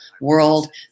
world